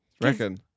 Reckon